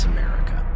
America